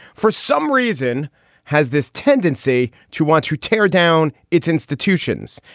for some reason has this tendency to want to tear down its institutions,